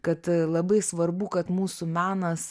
kad labai svarbu kad mūsų menas